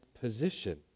position